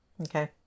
Okay